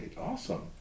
awesome